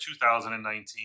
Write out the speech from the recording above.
2019